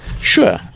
sure